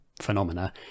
phenomena